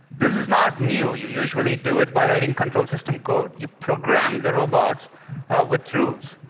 this is not new. you usually do it by writing control system code. you program the robots with rules.